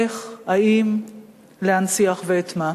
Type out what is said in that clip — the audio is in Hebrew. איך, האם להנציח ואת מה.